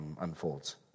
unfolds